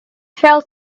fell